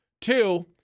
Two